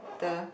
the